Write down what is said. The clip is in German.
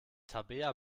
tabea